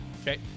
Okay